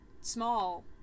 small